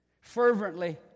fervently